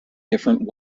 different